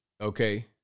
Okay